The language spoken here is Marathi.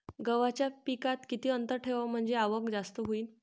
गव्हाच्या पिकात किती अंतर ठेवाव म्हनजे आवक जास्त होईन?